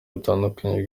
butandukanye